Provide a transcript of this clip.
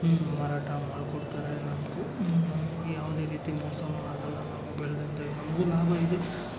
ಹ್ಞೂ ಮಾರಾಟ ಮಾಡ್ಕೊಡ್ತಾರೆ ನಮಗೂ ನಮಗೆ ಯಾವುದೇ ರೀತಿ ಮೋಸಾನು ಆಗೋಲ್ಲ ನಾವು ಬೆಳೆದಂತೆ ನಮಗೂ ಲಾಭ ಇದೆ